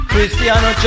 Cristiano